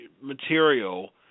material